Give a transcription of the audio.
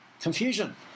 Confusion